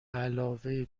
علاوه